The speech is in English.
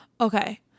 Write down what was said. Okay